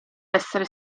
essere